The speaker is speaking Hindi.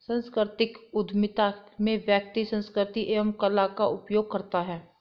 सांस्कृतिक उधमिता में व्यक्ति संस्कृति एवं कला का उपयोग करता है